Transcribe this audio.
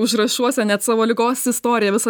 užrašuose net savo ligos istoriją visą